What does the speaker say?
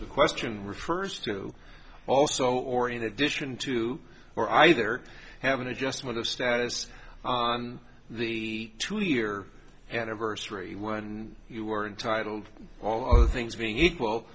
the question refers to also or in addition to or either have an adjustment of status on the two year anniversary when you were entitled all other things being equal